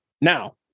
now